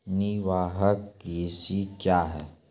निवाहक कृषि क्या हैं?